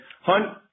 Hunt